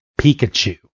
Pikachu